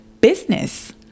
business